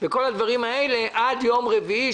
וכל הדברים האלה עד יום רביעי,